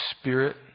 spirit